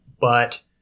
but-